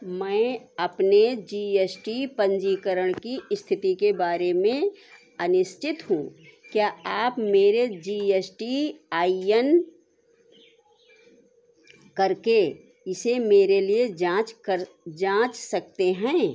मैं अपने G S T पंजीकरण की स्थिति के बारे में अनिस्चित हूँ क्या आप मेरे G S T I N करके इसे मेरे लिए जाँच कर जाँच सकते हैं